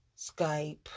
Skype